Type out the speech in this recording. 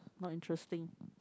not interesting